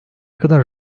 kadar